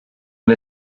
and